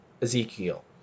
ezekiel